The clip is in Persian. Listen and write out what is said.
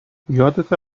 یادته